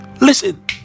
Listen